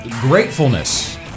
gratefulness